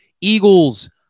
Eagles